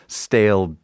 stale